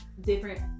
different